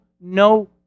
no